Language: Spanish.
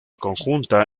conjunta